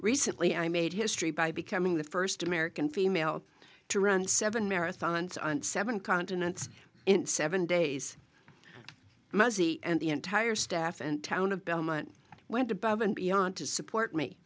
recently i made history by becoming the first american female to run seven marathons on seven continents in seven days mostly and the entire staff and town of belmont went above and beyond to support me